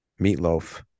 meatloaf